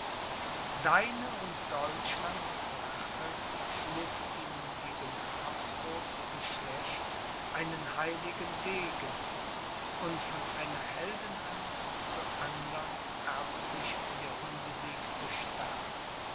deine und deutschlands rache schliff ihnen gegen habsburgs geschlecht einen heiligen degen und von einer heldenhand zur andern erbt sich der unbesiegte stahl